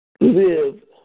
live